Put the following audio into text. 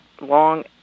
long